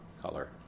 color